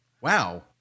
Wow